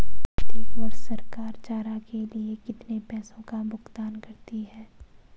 प्रत्येक वर्ष सरकार चारा के लिए कितने पैसों का भुगतान करती है?